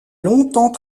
longtemps